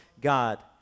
God